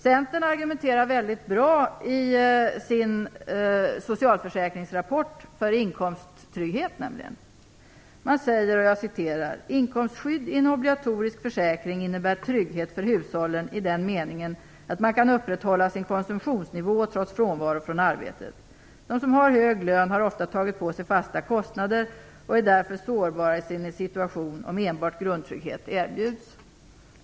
Centern argumenterar nämligen väldigt bra för inkomsttrygghet i sin socialförsäkringsrapport: Inkomstskydd i en obligatorisk försäkring innebär trygghet för hushållen i den meningen att man kan upprätthålla sin konsumtionsnivå trots frånvaro från arbetet. De som har hög lön har ofta tagit på sig fasta kostnader, och är därför sårbara i sin situation om enbart grundtrygghet erbjuds.